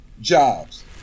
jobs